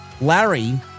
Larry